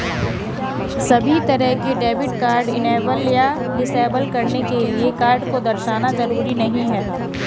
सभी तरह के डेबिट कार्ड इनेबल या डिसेबल करने के लिये कार्ड को दर्शाना जरूरी नहीं है